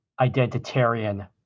identitarian